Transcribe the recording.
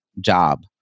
job